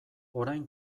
orain